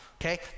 Okay